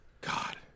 God